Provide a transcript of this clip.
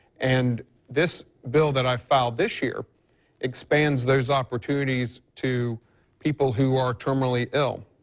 and this bill that i filed this year expands those opportunities to people who are terminally ill.